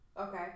Okay